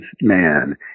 man